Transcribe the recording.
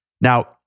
Now